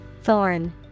Thorn